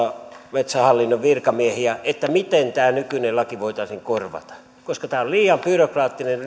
metsähallinnon virkamiehiä selvittämään miten tämä nykyinen laki voitaisiin korvata koska tämä on liian byrokraattinen